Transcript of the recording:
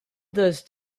those